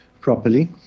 properly